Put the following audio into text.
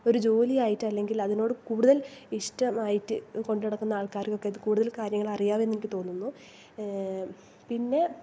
ഒരു ജോലി ആയിട്ട് അല്ലെങ്കിൽ അതിനോട് കൂടുതൽ ഇഷ്ടമായിട്ട് കൊണ്ട് നടക്കുന്ന ആൾക്കാർകൊക്കെ ഇത് കൂടുതൽ കാര്യങ്ങൾ അറിയാം എന്ന് എനിക്ക് തോന്നുന്നു പിന്നെ